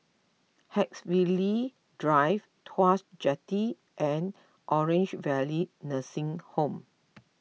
Haigsville Drive Tuas Jetty and Orange Valley Nursing Home